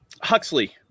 Huxley